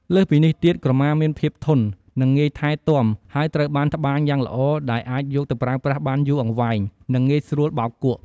លើសពីនេះទៀតក្រមាមានភាពធន់ និងងាយថែទាំ ហើយត្រូវបានត្បាញយ៉ាងល្អដែលអាចយកទៅប្រើប្រាស់បានយូរអង្វែង និងងាយស្រួលបោកគក់។